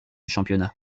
championnat